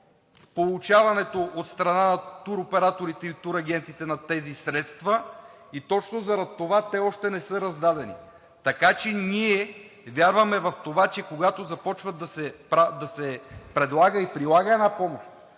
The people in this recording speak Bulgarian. средства от страна на туроператорите и турагентите и точно заради това те още не са раздадени. Ние вярваме в това, че когато започва да се предлага и прилага една помощ,